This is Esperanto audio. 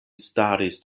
staris